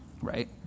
right